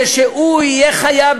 שהוא יהיה חייב,